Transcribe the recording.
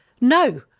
No